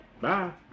bye